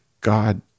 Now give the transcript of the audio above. god